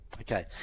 Okay